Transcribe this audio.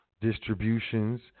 distributions